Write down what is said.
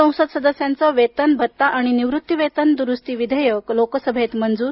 संसद सदस्यांचे वेतन भत्ता आणि निवृत्तिवेतन दुरुस्ती विधेयक लोकसभेत मंजूर